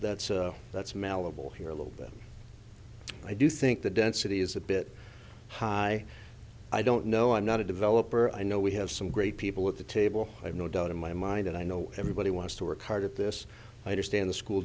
that's that smell of will here a little bit i do think the density is a bit high i don't know i'm not a developer i know we have some great people at the table i have no doubt in my mind and i know everybody wants to work hard at this i understand the school